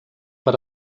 per